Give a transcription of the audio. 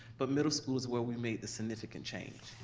but middle school's where we made the significant change.